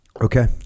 Okay